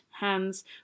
hands